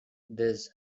this